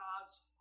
God's